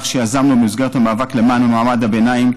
שיזמנו במסגרת המאבק למען מעמד הביניים.